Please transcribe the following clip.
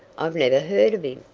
i've never heard of him.